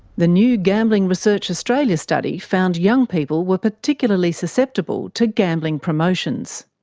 the new gambling research australia study found young people were particularly susceptible to gambling promotions.